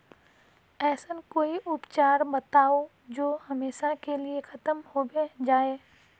ऐसन कोई उपचार बताऊं जो हमेशा के लिए खत्म होबे जाए?